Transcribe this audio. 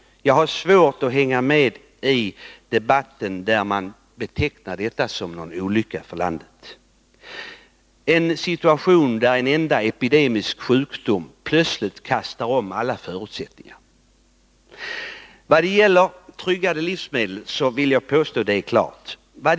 Jag har svårt att hänga med i debatten, när man betecknar detta som en olycka för landet — i én situation, där en enda epidemisk sjukdom plötsligt ändrar alla produktionsförutsättningar. När det gäller tryggad livsmedelsförsörjning, vill jag alltså påstå att det inte är något problem.